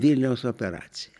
vilniaus operacija